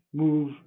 move